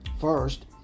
First